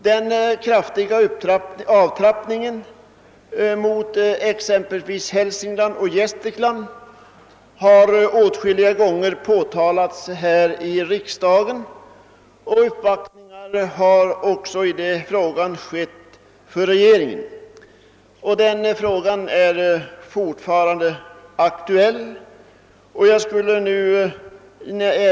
Den kraftiga avtrappningen mot exempelvis Hälsingland och Gästrikland har åtskilliga gånger påtalats här i riksda gen, och regeringen har också uppvaktats i denna fråga som fortfarande är aktuell.